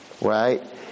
right